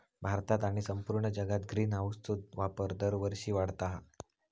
भारतात आणि संपूर्ण जगात ग्रीनहाऊसचो वापर दरवर्षी वाढता हा